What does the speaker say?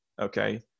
okay